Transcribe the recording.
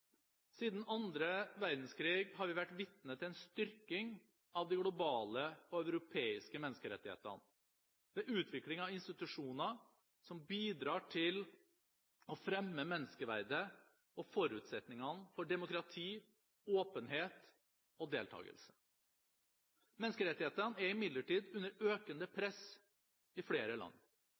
Siden andre verdenskrig har vi vært vitne til en styrking av de globale og europeiske menneskerettighetene ved utvikling av institusjoner som bidrar til å fremme menneskeverdet og forutsetningene for demokrati, åpenhet og deltakelse. Menneskerettighetene er imidlertid under økende press i flere land